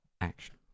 action